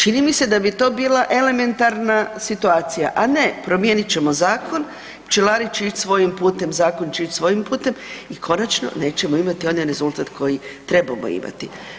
Čini mi se da bi to bila elementarna situacija, a ne promijenit ćemo zakon, pčelari će ići svojim putem, zakon će ići svojim putem i konačno nećemo imati onaj rezultat koji trebamo imati.